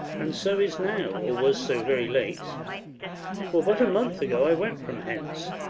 and so is now, or was so very late for but a month ago i went from hence,